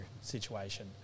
situation